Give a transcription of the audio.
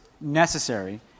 necessary